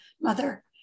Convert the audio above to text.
mother